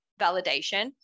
validation